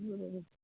മ്മ്